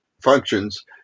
functions